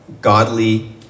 godly